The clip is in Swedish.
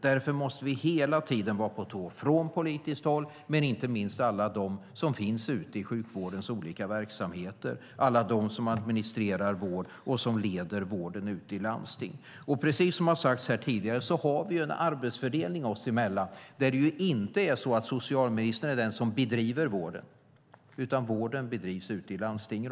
Därför måste vi hela tiden vara på tå från politiskt håll men inte minst alla de som finns ute i sjukvårdens olika verksamheter, alla de som administrerar vård och som leder vården ute i landstingen. Precis som har sagts här tidigare har vi en arbetsfördelning oss emellan. Det är inte socialministern som bedriver vården, utan vården bedrivs ute i landstingen.